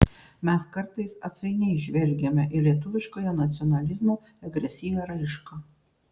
mes kartais atsainiai žvelgiame į lietuviškojo nacionalizmo agresyvią raišką